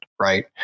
right